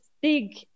big